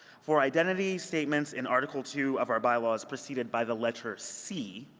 for identity statements in article two of our bylaws preceded by the letter c,